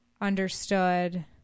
understood